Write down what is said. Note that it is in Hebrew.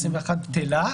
בטלה.